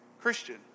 Christian